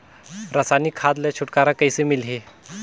रसायनिक खाद ले छुटकारा कइसे मिलही?